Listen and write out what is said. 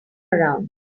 around